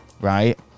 right